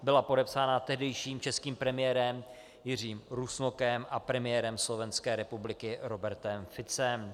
Byla podepsána tehdejším českým premiérem Jiřím Rusnokem a premiérem Slovenské republiky Robertem Ficem.